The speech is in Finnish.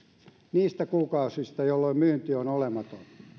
niistä kuukausista jolloin myynti on olematon